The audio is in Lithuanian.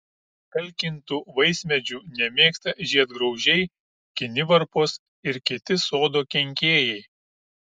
kalkintų vaismedžių nemėgsta žiedgraužiai kinivarpos ir kiti sodo kenkėjai